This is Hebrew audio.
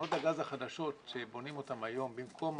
תחנות הגז החדשות שבונים אותן היום במקום